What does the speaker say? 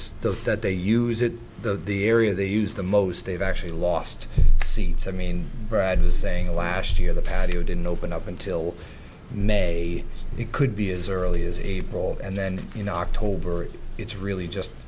stuff that they use it the area they use the most they've actually lost seats i mean brad was saying last year the patio didn't open up until may it could be as early as april and then you know october it's really just